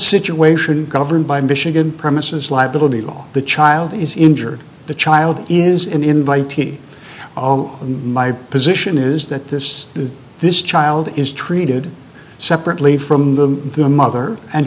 situation governed by michigan premises liability law the child is injured the child is in invitee all my position is that this is this child is treated separately from the the mother and